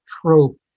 trope